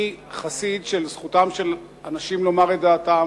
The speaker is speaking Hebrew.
אני חסיד של זכותם של אנשים לומר את דעתם,